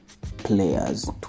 players